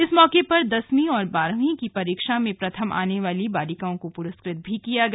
इस मौके पर दसवीं और बारहवीं की परीक्षा में प्रथम आने वाली बालिकाओं को पुरस्कृत भी किया गया